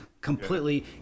completely